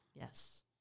Yes